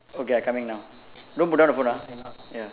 okay I coming now don't put down the phone ah ya